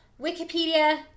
Wikipedia